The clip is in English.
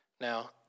Now